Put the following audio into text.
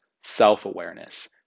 self-awareness